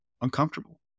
uncomfortable